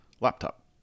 laptop